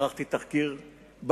ערכתי תחקיר במקום.